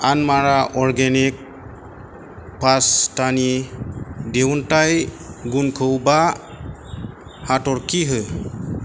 आनमारा organic पास्टानि दिहुनथाइ गुनखौ बा हाथरखि हो